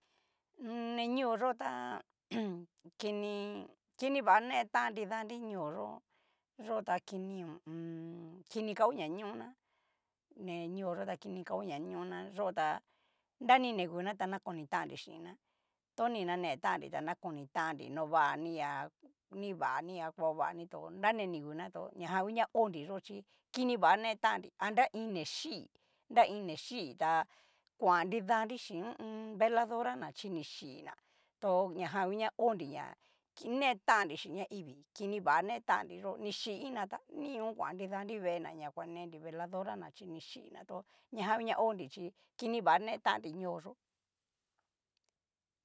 Ni ñoo yó ta. kini kini va ne tan nri, nidanri ñoo yó, yo ta kini ho o on. kini ga ho ñañona, ne ñoo yó ta kini ka ho ñañona nai yo ta nani ninguna ta nakonitannri xhin'na, to ni nanetannri ta nakonitannri novani ha. nivani a kuavani to nani ni nguna to najan ngu na onri yó chí kiniva netan nri a nre iin ni xí'i nra iin ni xíi tá koan nidanri xhín ho o on. veladora na nixhina, to ñajan ngu ña onrina na netan nri xhin ñaivii kini vá ne tannri yó ni xhíi iin ná ta nion koan nidanri veena ña kolei veladora ná chi ni xhina tó ñajan hu ña honri chí kini va netannri ñoo yó.